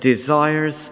desires